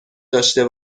داشته